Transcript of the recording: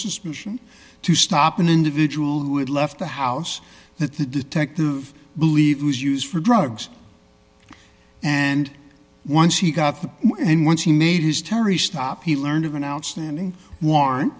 suspicion to stop an individual who had left the house that the detective believed was used for drugs and once he got in once he made his terry stop he learned of an outstanding warrant